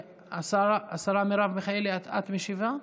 השרה מרב מיכאלי, את משיבה?